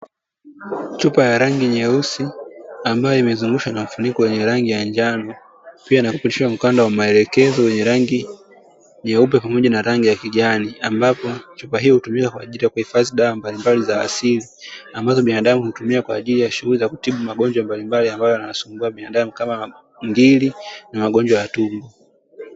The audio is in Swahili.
Chupa ya rangi nyeusi ambayo imezungushwa na mfuniko wa wenye rangi ya njano, pia na kupitishwa mkanda wa maelekezo wenye rangi nyeupe pamoja na rangi ya kijani. Ambapo chupa hiyo hutumika kwa ajili ya kuhifadhi dawa mbalimbali za asili, ambazo binadamu hutumia kwa ajili ya shughuli ya kutibu magonjwa mbalimbali, ambayo yanawasumbua binadamu kama ngiri na magonjwa ya tumbo.